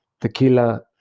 tequila